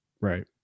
right